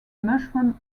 mushroom